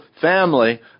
family